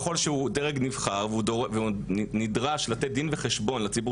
וככל שהוא דרג נבחר והוא נדרש לתת דין וחשבון לציבור